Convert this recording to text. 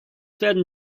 werden